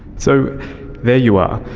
so there you are,